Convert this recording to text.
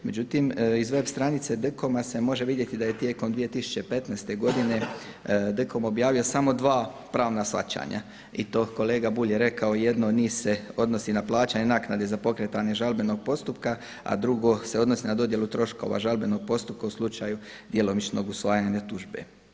Međutim, iz web. stranice DKOM-a se može vidjeti da je tijekom 2015. godine DKOM objavio samo dva pravna shvaćanja i to kolega Bulj je rekao, jedno od njih se odnosi na plaćanje naknade za pokretanje žalbenog postupka, a drugo se odnosi na dodjelu troškova žalbenog postupka u slučaju djelomičnog usvajanja tužbe.